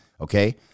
okay